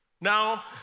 Now